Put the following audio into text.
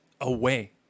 away